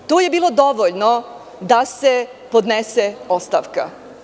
To je bilo dovoljno da se podnese ostavka.